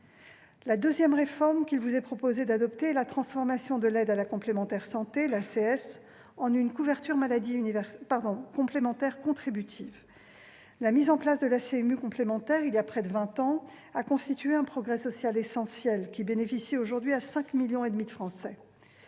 En second lieu, il vous est proposé d'adopter une mesure relative à la transformation de l'aide à la complémentaire santé, l'ACS, en une couverture maladie complémentaire contributive. La mise en place de la CMU complémentaire il y a près de vingt ans a constitué un progrès social essentiel, qui bénéficie aujourd'hui à cinq millions et demi de Français.